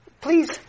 please